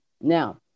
Now